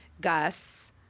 Gus